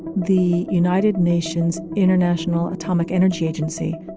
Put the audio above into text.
the united nations international atomic energy agency,